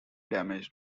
damage